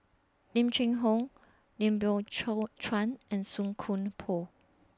Lim Cheng Hoe Lim Biow Chuan and Song Koon Poh